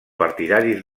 partidaris